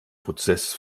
prozess